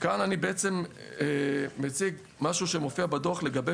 כאן אני בעצם מציג משהו שמופיע בדוח לגבי